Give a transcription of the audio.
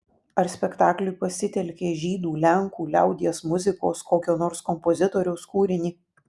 ar spektakliui pasitelkei žydų lenkų liaudies muzikos kokio nors kompozitoriaus kūrinį